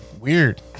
Weird